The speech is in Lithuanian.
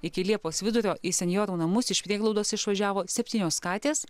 iki liepos vidurio į senjorų namus iš prieglaudos išvažiavo septynios katės